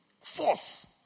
Force